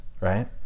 right